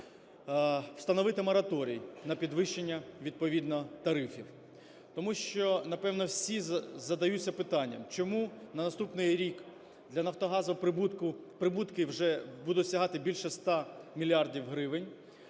встановити мораторій на підвищення відповідно тарифів. Тому що, напевно, всі задаються питанням, чому на наступний рік для "Нафтогазу" прибутки вже будуть сягати більше 100 мільярдів